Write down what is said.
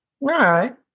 Right